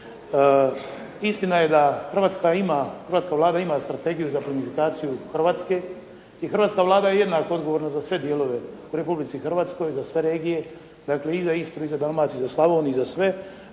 ima, hrvatska Vlada ima strategiju za … /Govornik se ne razumije./ … Hrvatske i hrvatska Vlada je jednako odgovorna za sve dijelove u Republici Hrvatskoj, za sve regije. Dakle i za Istru i za Dalmaciju i za Slavoniju i za sve,